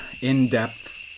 in-depth